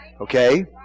Okay